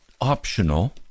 optional